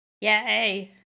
Yay